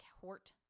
court